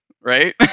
right